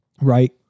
right